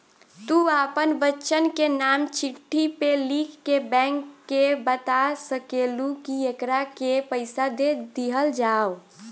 तू आपन बच्चन के नाम चिट्ठी मे लिख के बैंक के बाता सकेलू, कि एकरा के पइसा दे दिहल जाव